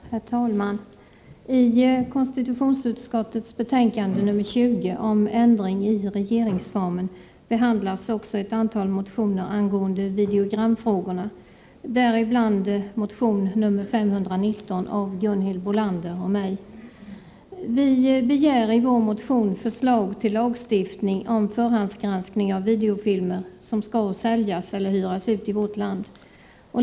Herr talman! I konstitutionsutskottets betänkande nr 20 om ändring i regeringsformen behandlas också ett antal motioner angående videogramfrågorna, däribland motion nr 519 av Gunhild Bolander och mig. Vi begär i vår motion förslag till lagstiftning om förhandsgranskning av videofilmer som skall säljas eller hyras ut i vårt land.